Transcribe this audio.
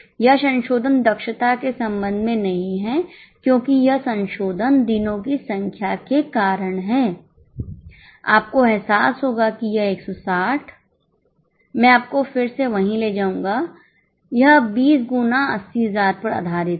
यह संशोधन दक्षता के संबंध में नहीं है क्योंकि यह संशोधन दिनों की संख्या के कारण है आपको एहसास होगा कि यह 160 मैं अभी आपको फिर से वही ले जाऊंगा यह 20 गुना 80000 पर आधारित था